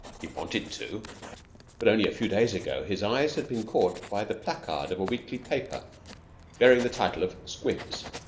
he wanted to but only a few days ago his eyes had been caught by the placard of a weekly paper bearing the title of squibs,